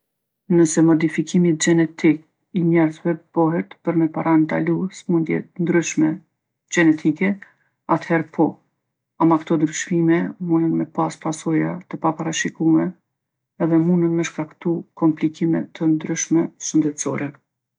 Nëse modfikimi gjenetik i njerzve bohet për me parandalu smundje t'ndryshme gjenetike, atherë po. Ama kto ndryshime munën me pasë pasoja të paparashikume edhe munën me shkaktu komplikime të ndryshme shëndetsore.